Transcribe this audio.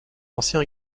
ancien